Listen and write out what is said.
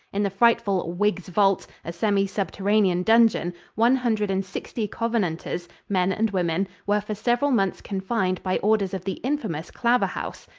in the frightful whig's vault, a semi-subterranean dungeon, one hundred and sixty covenanters men and women were for several months confined by orders of the infamous claverhouse.